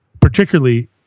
particularly